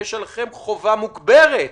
יש עליכם חובה מוגברת,